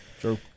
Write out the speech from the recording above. True